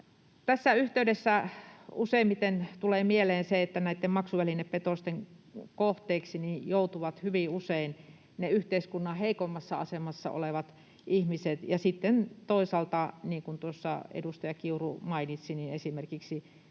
Tässä yhteydessä useimmiten tulee mieleen se, että näitten maksuvälinepetosten kohteeksi joutuvat hyvin usein ne yhteiskunnan heikoimmassa asemassa olevat ihmiset ja sitten toisaalta, niin kuin tuossa edustaja Kiuru mainitsi, esimerkiksi